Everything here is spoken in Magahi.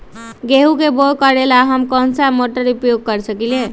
गेंहू के बाओ करेला हम कौन सा मोटर उपयोग कर सकींले?